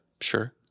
Sure